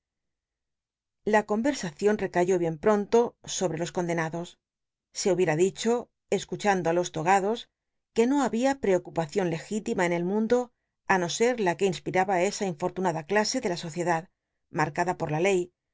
la convcsacion recayó bien pronto sobtc los condenados se hubicra dicho escuchando ú los togados que no babia prcocupacion legi tima en el mundo á no ser la que inspiraba esa infot lunada clase de la sociedad marcada por la ley